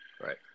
Right